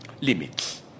limits